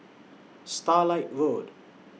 Starlight Road